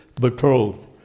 Betrothed